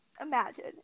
Imagine